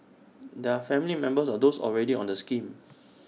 they are family members of those already on the scheme